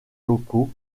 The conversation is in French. locaux